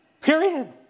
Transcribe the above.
Period